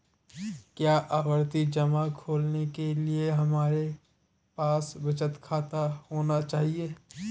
क्या आवर्ती जमा खोलने के लिए हमारे पास बचत खाता होना चाहिए?